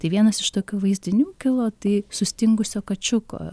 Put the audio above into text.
tai vienas iš tokių vaizdinių kilo tai sustingusio kačiuko